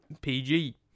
PG